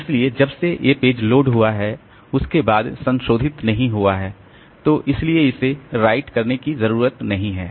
इसलिए जब से ये पेज लोड हुआ है उसके बाद संशोधित नहीं हुआ है तो इसलिए इसे राईट करने की जरुरत नहीं है